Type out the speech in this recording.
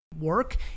work